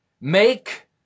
make